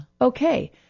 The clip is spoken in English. Okay